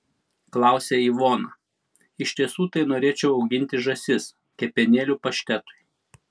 klausia ivona iš tiesų tai norėčiau auginti žąsis kepenėlių paštetui